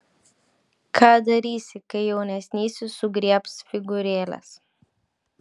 ką darysi kai jaunesnysis sugriebs figūrėles